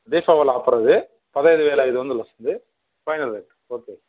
దీపావళి ఆఫరది పదైదు వేల ఐదొందలు వస్తుంది ఫైనల్ రేటు ఓకే